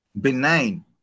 benign